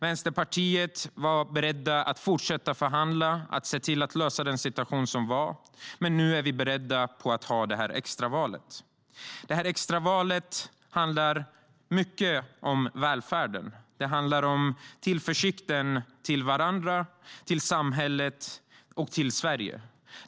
Vänsterpartiet var berett att fortsätta förhandla och se till att lösa situationen. Men nu är vi beredda på det extra valet. Det handlar mycket om välfärden. Det handlar om tillförsikten till varandra, till samhället och till Sverige.